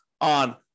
on